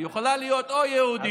היא יכולה להיות או יהודית